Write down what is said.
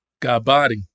Godbody